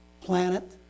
planet